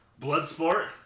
Bloodsport